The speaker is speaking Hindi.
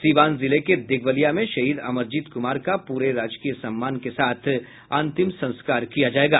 सीवान जिले के दिघवलिया में शहीद अमरजीत कुमार का पूरे राजकीय सम्मान के साथ अंतिम संस्कार किया जायेगा